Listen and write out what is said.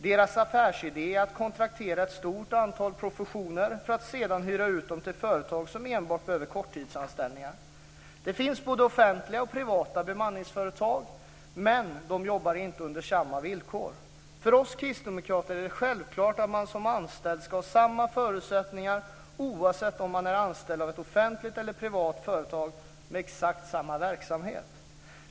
Deras affärsidé är att kontraktera ett stort antal professioner, för att sedan hyra ut dem till företag som enbart behöver korttidsanställningar. Det finns både offentliga och privata bemanningsföretag, men de jobbar inte under samma villkor. För oss kristdemokrater är det självklart att man som anställd ska ha samma förutsättningar oavsett om man är anställd av ett offentligt eller privat företag med exakt samma verksamhet.